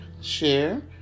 share